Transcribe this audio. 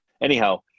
Anyhow